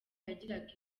yagiraga